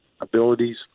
abilities